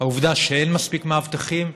העובדה שאין מספיק מאבטחים,